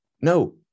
no